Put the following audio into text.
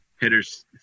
hitters